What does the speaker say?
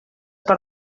per